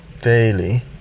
daily